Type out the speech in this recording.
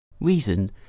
Reason